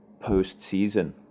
post-season